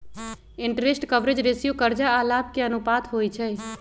interest coverage ratio करजा आऽ लाभ के अनुपात होइ छइ